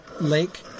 lake